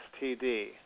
STD